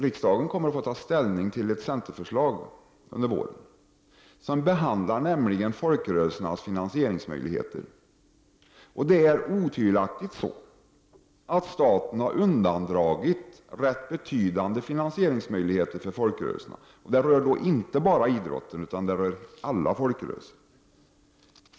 Riksdagen kommer att få ta ställning till ett centerförslag under våren där folkrörelsernas finansieringsmöjligheter behandlas. Staten har otvivelaktigt undandragit rätt betydande finansieringsmöjligheter för folkrörelserna. Det rör då inte bara idrotten, utan alla folkrörelser.